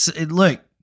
look